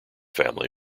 family